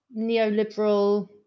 neoliberal